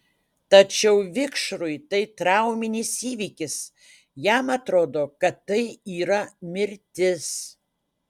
tačiau vikšrui tai trauminis įvykis jam atrodo kad tai yra mirtis